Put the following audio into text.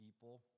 people